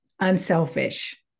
unselfish